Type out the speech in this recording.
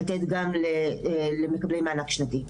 לתת גם למקבלי מענק שנתי.